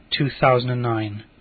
2009